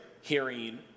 hearing